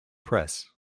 press